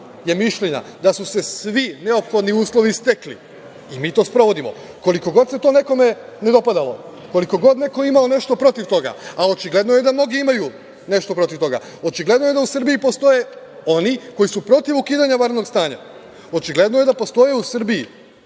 je mišljenja da su se svi neophodni uslovi stekli, i mi to sprovodimo, koliko god se to nekome ne dopadalo, koliko god neko imao nešto protiv toga, a očigledno je da mnogi imaju nešto protiv toga. Očigledno je da u Srbiji postoje oni koji su protiv ukidanja vanrednog stanja. Očigledno je da postoje u Srbiji